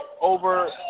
over